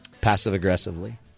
passive-aggressively